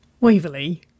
Waverley